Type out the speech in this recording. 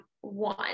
one